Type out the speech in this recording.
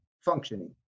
functioning